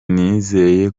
nizeye